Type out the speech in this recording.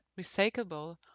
recyclable